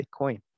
Bitcoin